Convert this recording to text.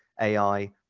AI